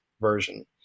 version